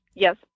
Yes